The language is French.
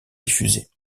diffusées